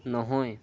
নহয়